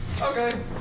Okay